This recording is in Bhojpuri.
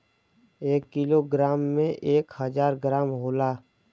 एक कीलो ग्राम में एक हजार ग्राम होला